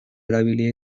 erabilia